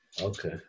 okay